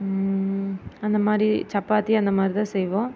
அந்த மாதிரி சப்பாத்தி அந்த மாதிரிதான் செய்வோம்